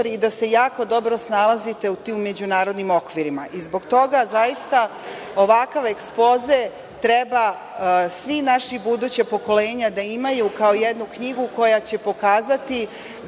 i da se jako dobro snalazite u međunarodnim okvirima. Zbog toga, zaista, ovakav Ekspoze treba sva naša buduća pokolenja da imaju kao jednu knjigu koja će pokazati